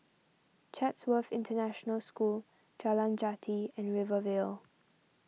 Chatsworth International School Jalan Jati and Rivervale